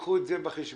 קחו את זה בחשבון.